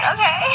Okay